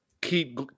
keep